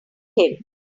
him